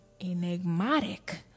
enigmatic